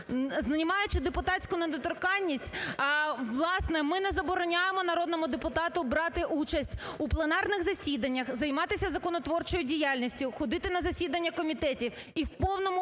Знімаючи депутатську недоторканність, власне, ми не забороняємо народному депутату брати участь у пленарних засіданнях, займатися законотворчою діяльністю, ходити на засідання комітетів і в повному